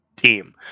team